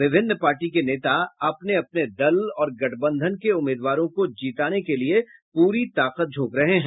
विभिन्न पार्टी के नेता अपने अपने दल और गठबंधन के उम्मीदवारों को जीताने के लिए पूरी ताकत झोंक रहे हैं